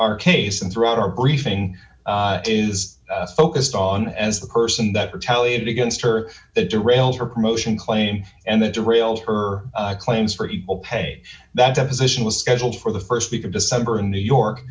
our case and throughout our briefing is focused on as the person that retaliated against her that to rail her promotion claim and to rail her claims for equal pay that deposition was scheduled for the st week of december in new york